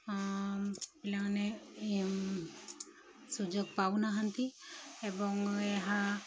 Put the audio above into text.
ପିଲାମାନେ ସୁଯୋଗ ପାଉନାହାନ୍ତି ଏବଂ ଏହା